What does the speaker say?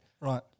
Right